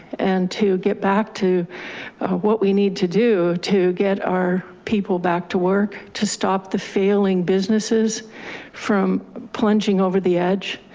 and to get back to what we need to do to get our people back, to work, to stop the failing businesses from plunging over the edge.